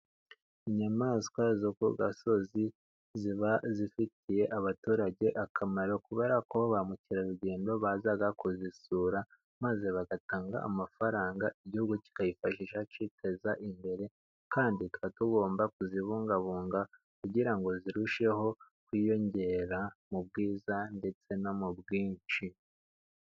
Inyamanswa zo kugasozi, ziba zifitiye abaturage akamaro, kubera ko bamukerarugendo baza kuzisura, maze bagatanga amafaranga, igihugu kikayifashisha, kiteza imbere kandi tuba tugomba kuzibungabunga, kugira ngo zirusheho kwiyongera, mubwiza ndetse no mubwinshi.